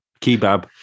kebab